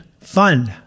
fun